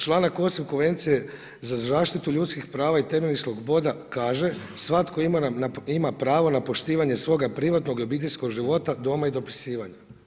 Članak 8. Konvencije za zaštitu ljudskih prava i temeljnih sloboda kaže svatko ima pravo na poštivanje svoga privatnog i obiteljskog života, doma i dopisivanja.